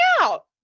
out